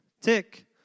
tick